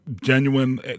genuine